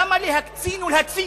למה להקצין ולהתסיס?